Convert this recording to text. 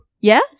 Yes